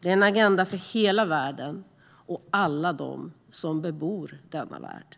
Det är en agenda för hela världen och alla dem som bebor denna värld.